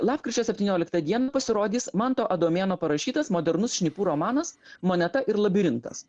lapkričio septynioliktą dieną pasirodys manto adomėno parašytas modernus šnipų romanas moneta ir labirintas